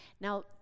now